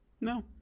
No